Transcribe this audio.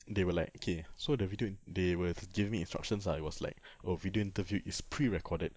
they were like okay so the video in~ they were giving me instructions lah it was like oh video interview is prerecorded